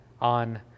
on